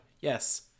yes